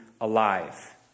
alive